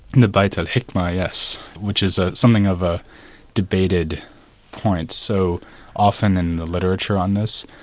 the bait al-hikma, yes, which is ah something of a debated point, so often in the literature on this,